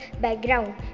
background